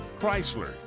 Chrysler